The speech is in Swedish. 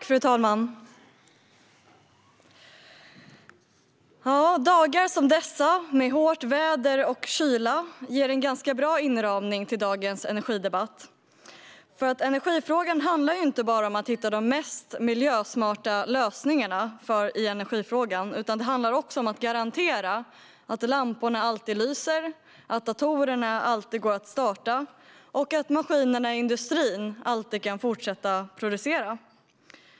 Fru talman! Dagar som dessa med hårt väder och kyla ger en bra inramning till dagens energidebatt. Energifrågan handlar inte bara om att hitta de mest miljösmarta lösningarna, utan den handlar också om att garantera att lamporna alltid lyser, att datorerna alltid kan startas och att maskinerna i industrin alltid kan fortsätta att producera.